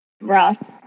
Ross